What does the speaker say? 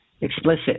explicit